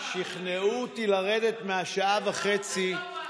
שכנעו אותי לרדת מהשעה וחצי.